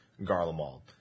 Garlemald